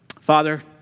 Father